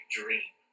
dream